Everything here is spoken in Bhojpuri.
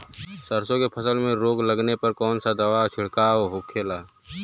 सरसों की फसल में रोग लगने पर कौन दवा के छिड़काव होखेला?